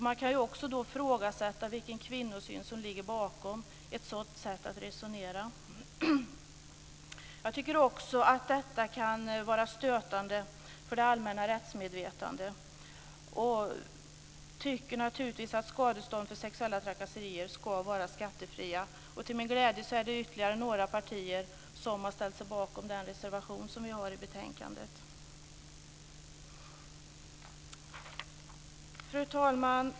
Man kan också ifrågasätta den kvinnosyn som ligger bakom ett sådant sätt att resonera. Jag tycker också att detta kan vara stötande för det allmänna rättsmedvetandet. Jag tycker naturligtvis att skadestånd för sexuella trakasserier ska vara skattefria. Till min glädje är det också några andra partier som har ställt sig bakom den reservation som vi har i betänkandet. Fru talman!